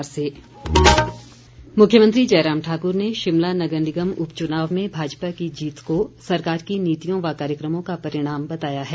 मुख्यमंत्री मुख्यमंत्री जयराम ठाकुर ने शिमला नगर निगम उपचुनाव में भाजपा की जीत को सरकार की नीतियों व कार्यक्रमों का परिणाम बताया है